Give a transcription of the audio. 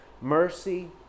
mercy